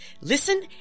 Listen